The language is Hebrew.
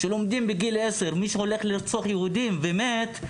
לומדים בגיל עשר שמי שהולך לרצוח יהודים ומת,